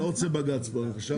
אני לא רוצה בג"ץ פה עכשיו.